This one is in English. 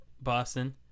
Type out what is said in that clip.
Boston